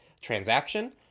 transaction